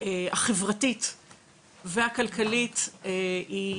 החברתית והכלכלית היא